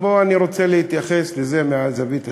אני רוצה להתייחס לזה מהזווית השנייה.